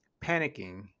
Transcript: Panicking